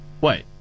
Wait